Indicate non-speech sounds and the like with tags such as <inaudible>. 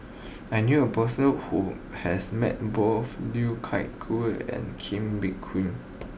<noise> I knew a person who has met both Liu Thai Ker and Kee Bee Khim